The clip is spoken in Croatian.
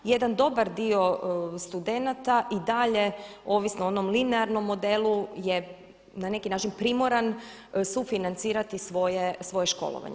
Jedan dobar dio studenata i dalje ovisno o onom linearnom modelu je na neki način primoram sufinancirati svoje školovanje.